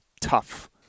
tough